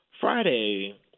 Friday